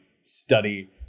study